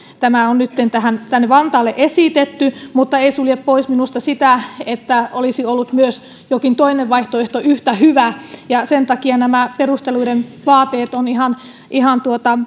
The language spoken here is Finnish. tätä on nytten tänne vantaalle esitetty mutta ei se sulje pois minusta sitä että olisi ollut myös jokin toinen vaihtoehto yhtä hyvä ja sen takia nämä perusteluiden vaateet ovat ihan